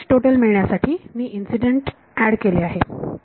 होय Htotal मिळण्यासाठी मी इन्सिडेंट ऍड केले आहे होय